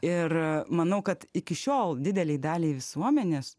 ir manau kad iki šiol didelei daliai visuomenės